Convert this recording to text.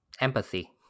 empathy